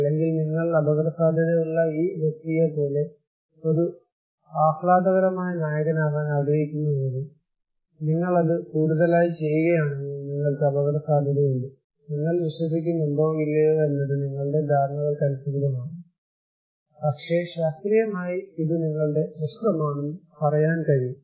അല്ലെങ്കിൽ നിങ്ങൾ അപകടസാധ്യതയുള്ള ഈ വ്യക്തിയെപ്പോലെ ഒരു ആഹ്ലാദകരമായ നായകനാകാൻ ആഗ്രഹിക്കുന്നുവെങ്കിൽ നിങ്ങൾ അത് കൂടുതലായി ചെയ്യുകയാണെങ്കിൽ നിങ്ങൾക്ക് അപകടസാധ്യതയുണ്ട് നിങ്ങൾ വിശ്വസിക്കുന്നുണ്ടോ ഇല്ലയോ എന്നത് നിങ്ങളുടെ ധാരണകൾക്കനുസൃതമാണ് പക്ഷേ ശാസ്ത്രീയമായി ഇത് നിങ്ങളുടെ പ്രശ്നമാണെന്ന് പറയാൻ കഴിയും